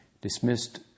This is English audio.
Dismissed